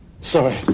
Sorry